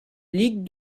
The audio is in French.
ligue